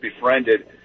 befriended